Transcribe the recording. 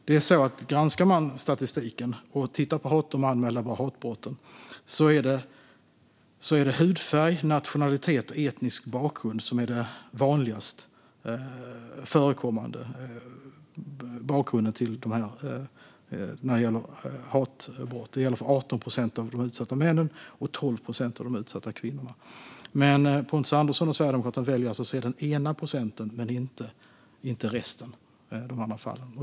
Om man granskar statistiken och tittar på de anmälda hatbrotten ser man att det är hudfärg, nationalitet och etnisk bakgrund som är vanligast förekommande. Det gäller för 18 procent av de utsatta männen och 12 procent av de utsatta kvinnorna. Men Pontus Andersson och Sverigedemokraterna väljer alltså att se den ena procenten men inte resten av fallen.